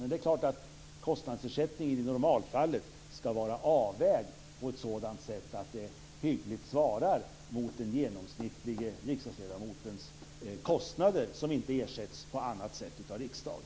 Men det är klart att kostnadsersättningen i normalfallet skall vara avvägd på ett sådant sätt att den hyggligt svarar mot den genomsnittlige riksdagsledamotens kostnader som inte ersätts på annat sätt av riksdagen.